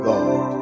God